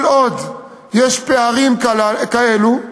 כל עוד יש פערים כאלו,